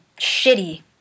shitty